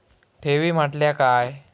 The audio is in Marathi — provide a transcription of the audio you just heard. ठेवी म्हटल्या काय?